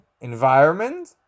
environment